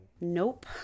Nope